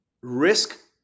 risk